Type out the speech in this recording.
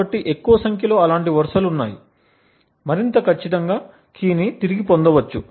కాబట్టి ఎక్కువ సంఖ్యలో అలాంటి వరుసలు ఉన్నాయి మరింత ఖచ్చితంగా కీ ని తిరిగి పొందవచ్చు